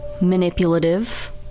manipulative